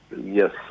yes